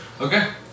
Okay